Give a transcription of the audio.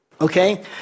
okay